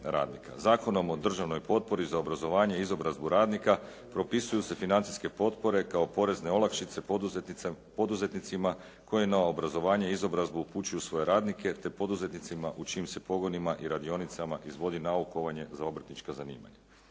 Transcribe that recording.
Zakonom o državnoj potpori za obrazovanje i izobrazbu radnika propisuju se financijske potpore kao porezne olakšice poduzetnicima koji na obrazovanje i izobrazbu upućuju svoje radnike te poduzetnicima u čijim se pogonima i radionicama izvodi naukovanje za obrtnička zanimanja.